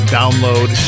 download